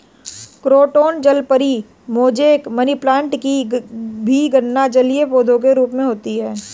croton जलपरी, mosaic, money plant की भी गणना जलीय पौधे के रूप में होती है